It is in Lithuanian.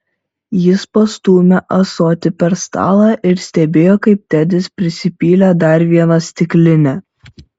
jis pastūmė ąsotį per stalą ir stebėjo kaip tedis prisipylė dar vieną stiklinę